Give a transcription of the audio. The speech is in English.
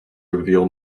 reveal